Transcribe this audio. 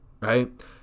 right